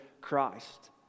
Christ